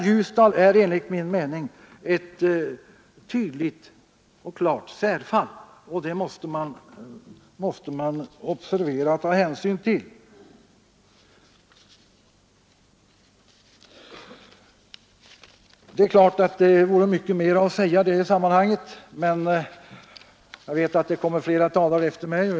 Ljusdal är enligt min mening ett tydligt och klart särfall, och det måste man observera och ta hänsyn till. Det vore mycket mer att säga i detta sammanhang, men jag vet att det kommer flera talare efter mig.